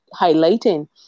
highlighting